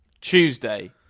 Tuesday